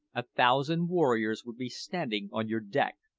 a thousand warriors would be standing on your deck!